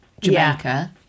Jamaica